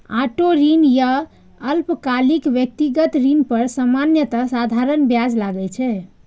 auto ऋण या अल्पकालिक व्यक्तिगत ऋण पर सामान्यतः साधारण ब्याज लागै छै